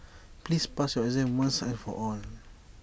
please pass your exam once and for all